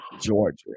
Georgia